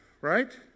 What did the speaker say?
right